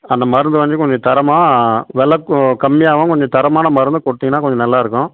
அந்த மருந்தை வந்து கொஞ்சம் தரமாக விலை கம்மியாகவும் கொஞ்சம் தரமான மருந்து கொடுத்திங்கனா கொஞ்சம் நல்லா இருக்கும்